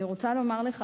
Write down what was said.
אני רוצה לומר לך,